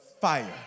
Fire